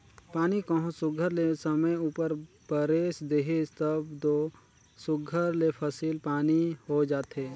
पानी कहों सुग्घर ले समे उपर बरेस देहिस तब दो सुघर ले फसिल पानी होए जाथे